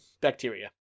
bacteria